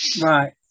right